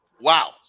Wow